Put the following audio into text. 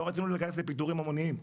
לא רצינו להיכנס לפיטורים המוניים,